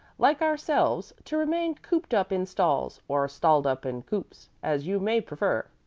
like ourselves, to remain cooped up in stalls, or stalled up in coops, as you may prefer.